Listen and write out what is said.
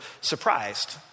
surprised